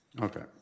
Okay